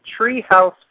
Treehouse